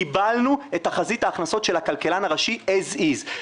קיבלנו את התחזית ההכנסות של הכלכלן הראשי as is.